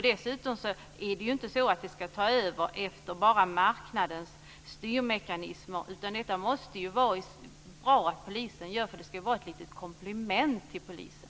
Antalet ordningsvakter ska inte styras av marknadsmekanismer utan det måste polisen sköta. Ordningsvakter ska ju vara ett komplement till polisen.